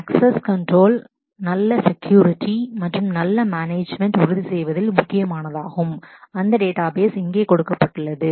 access control access control நல்ல security security மற்றும் நல்ல மேனேஜ்மென்ட் management உறுதி செய்வதில் ensuring முக்கியமானதாகும் அந்த டேட்டாபேஸ் database இங்கே கொடுக்கப்பட்டுள்ளது